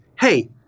hey